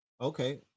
Okay